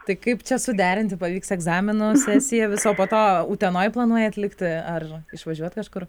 tai kaip čia suderinti pavyks egzaminų sesiją visą o po to utenoj planuojat likti ar išvažiuot kažkur